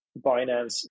binance